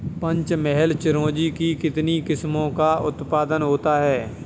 पंचमहल चिरौंजी की कितनी किस्मों का उत्पादन होता है?